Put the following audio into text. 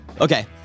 Okay